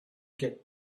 get